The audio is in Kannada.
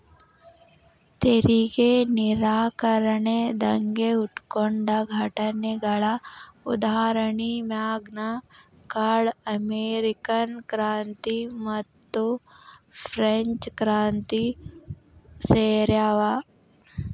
ತೆರಿಗೆ ನಿರಾಕರಣೆ ದಂಗೆ ಹುಟ್ಕೊಂಡ ಘಟನೆಗಳ ಉದಾಹರಣಿ ಮ್ಯಾಗ್ನಾ ಕಾರ್ಟಾ ಅಮೇರಿಕನ್ ಕ್ರಾಂತಿ ಮತ್ತುಫ್ರೆಂಚ್ ಕ್ರಾಂತಿ ಸೇರ್ಯಾವ